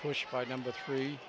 pushed by number three